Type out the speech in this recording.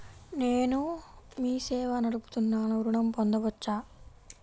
నేను మీ సేవా నడుపుతున్నాను ఋణం పొందవచ్చా?